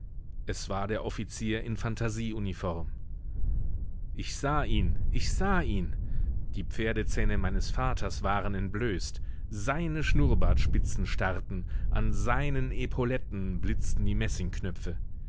es war der offizier in phantasieuniform ich sah ihn ich sah ihn die pferdezähne meines vaters waren entblößt seine schnurrbartspitzen starrten an seinen epauletten blitzten die